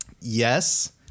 yes